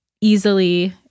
easily